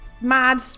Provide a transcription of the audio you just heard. mad